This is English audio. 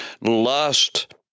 lust